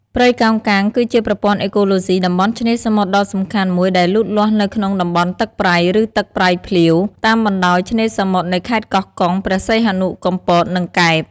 ព្រៃកោងកាងគឺជាប្រព័ន្ធអេកូឡូស៊ីតំបន់ឆ្នេរសមុទ្រដ៏សំខាន់មួយដែលលូតលាស់នៅក្នុងតំបន់ទឹកប្រៃ ឬទឹកប្រៃភ្លាវ តាមបណ្តោយឆ្នេរសមុទ្រនៃខេត្តកោះកុង ព្រះសីហនុ កំពត និងកែប។